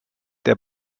der